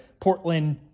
Portland